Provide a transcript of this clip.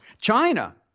China